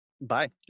bye